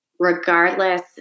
regardless